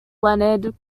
leonard